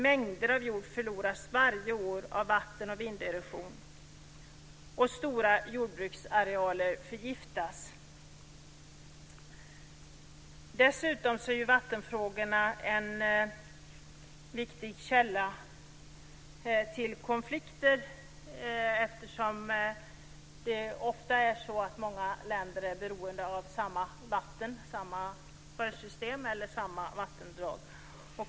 Mängder av jord förloras varje år på grund av vatten och vinderosion och stora jordbruksarealer förgiftas. Dessutom är vattenfrågorna en viktig källa till konflikter eftersom det ofta är så att många länder är beroende av samma vatten, samma sjösystem eller samma vattendrag.